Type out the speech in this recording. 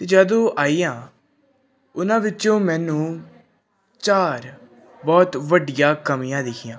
ਅਤੇ ਜਦੋਂ ਉਹ ਆਈਆਂ ਉਹਨਾਂ ਵਿੱਚੋਂ ਮੈਨੂੰ ਚਾਰ ਬਹੁਤ ਵੱਡੀਆਂ ਕਮੀਆਂ ਦਿਖੀਆਂ